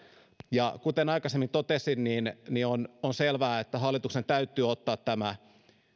ja kuten aikaisemmin totesin on on selvää että hallituksen täytyy ottaa tämä